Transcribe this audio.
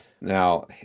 Now